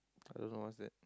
I don't know what's that